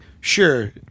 sure